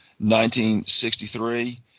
1963